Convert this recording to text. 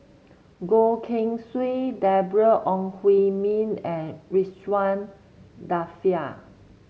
Goh Keng Swee Deborah Ong Hui Min and Ridzwan Dzafir